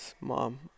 mom